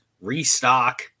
restock